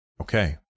Okay